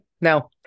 Now